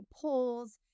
polls